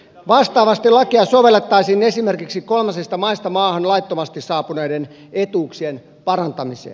vastaavasti lakia sovellettaisiin esimerkiksi kolmansista maista maahan laittomasti saapuneiden etuuk sien parantamiseen